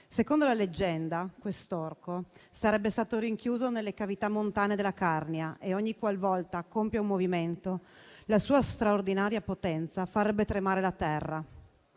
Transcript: Secondo la leggenda, quest'orco sarebbe stato rinchiuso nelle cavità montane della Carnia e, ogniqualvolta compie un movimento, la sua straordinaria potenza farebbe tremare la terra.